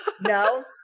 No